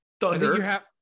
Thunder